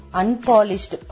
unpolished